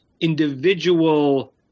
individual